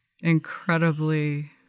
incredibly